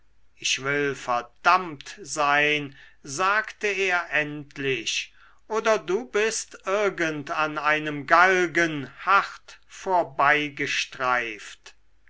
ich will verdammt sein sagte er endlich oder du bist irgend an einem galgen hart